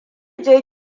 je